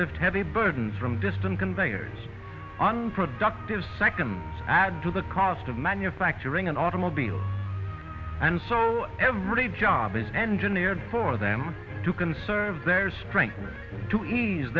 lift heavy burdens from distant conveyors unproductive seconds add to the cost of manufacturing an automobile and so every job is engineered for them to conserve their strength to ease